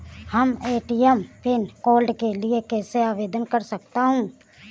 हम ATM pin code के लिए कैसे आवेदन कर सकते हैं?